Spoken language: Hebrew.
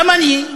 גם אני,